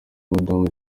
madamu